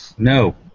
No